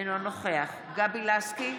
אינו נוכח גבי לסקי,